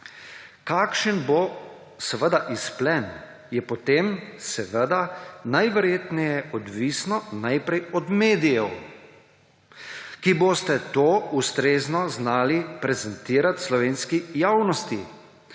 »Kakšen bo seveda izplen, je potem, seveda, najverjetneje odvisno najprej od medijev, ki boste to ustrezno znali prezentirati slovenski javnosti,